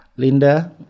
Linda